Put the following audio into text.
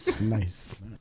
Nice